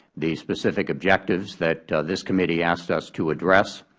the specific objectives that this committee asked us to address,